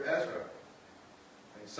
Ezra